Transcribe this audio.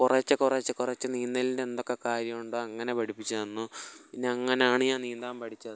കുറേച്ചെ കുറേച്ചെ കുറച്ച് നീന്തലിൻ്റെ എന്തൊക്കെ കാര്യമുണ്ടോ അങ്ങനെ പഠിപ്പിച്ചുതന്നു പിന്നങ്ങനാണ് ഞാൻ നീന്താന് പഠിച്ചത്